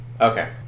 Okay